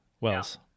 Wells